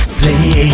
play